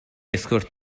escort